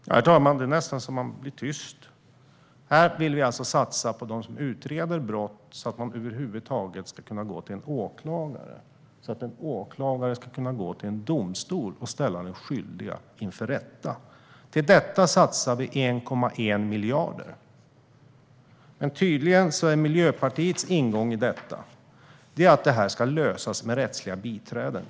Herr talman! Det är nästan så att man blir tyst. Här vill vi alltså satsa på dem som utreder brott så att de över huvud taget ska kunna gå till en åklagare och så att en åklagare ska kunna gå till en domstol och ställa den skyldige inför rätta. På detta satsar vi 1,1 miljarder. Men tydligen är Miljöpartiets ingång i detta att det här ska lösas med rättsliga biträden.